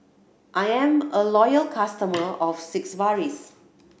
I am a loyal customer of